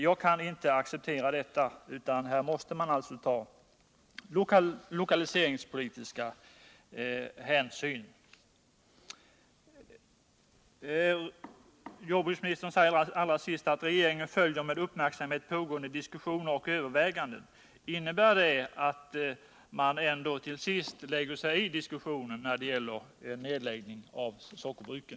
Jag kan inte acceptera dewa, utan här måste man ta lokaliseringspolitiska hänsyn. Jordbruksministern säger allra sist i svaret: ”Regeringen följer med uppmärksamhet pågående diskussioner och överväganden.” Innebär det att man ändå till sist lägger sig i diskussionen om nedläggning av sockerbruken?